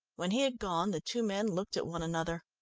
when he had gone the two men looked at one another.